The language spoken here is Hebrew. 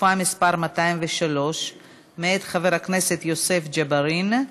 דחופה מס' 203 מאת חבר הכנסת יוסף ג'בארין.